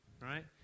right